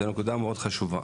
זה נקודה מאוד חשובה.